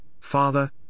father